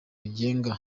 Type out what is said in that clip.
rigenga